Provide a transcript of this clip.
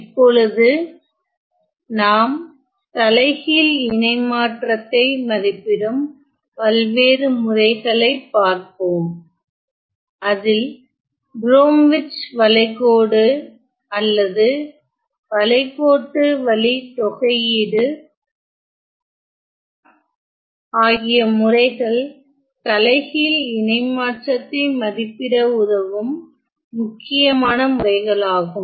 இப்பொழுது நாம் தலைகீழ் இணைமாற்றத்தை மதிப்பிடும் பல்வேறு முறைகளை பார்ப்போம் இதில் ப்ரோம்விச் வளைகோடு அல்லது வளைகோட்டு வழித்தொகையீடு ஆகிய முறைகள் தலைகீழ் இணைமாற்றத்தை மதிப்பிட உதவும் முக்கியமான முறைகளாகும்